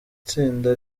tsinda